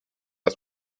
das